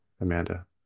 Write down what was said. amanda